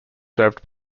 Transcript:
served